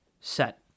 set